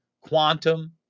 quantum